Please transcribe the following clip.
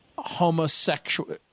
Homosexual